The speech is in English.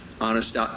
Honest